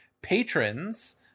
patrons